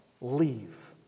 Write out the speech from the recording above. leave